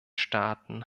staaten